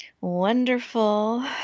Wonderful